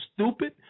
stupid